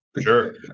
Sure